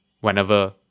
whenever